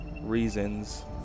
Reasons